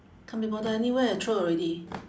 can't be bothered anyway I throw already